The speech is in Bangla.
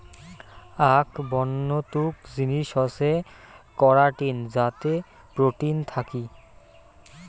আক বন্য তুক জিনিস হসে করাটিন যাতে প্রোটিন থাকি